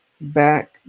back